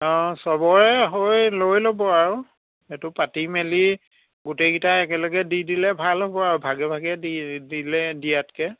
অঁ চবৰে হৈ লৈ ল'ব আৰু সেইটো পাতি মেলি গোটেই কেইটা একেলগে দি দিলে ভাল হ'ব আৰু ভাগে ভাগে দি দি দিলে দিয়াতকৈ